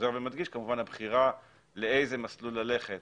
חוזר ומדגיש, שכמובן הבחירה לאיזה מסלול ללכת